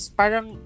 parang